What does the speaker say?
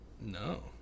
No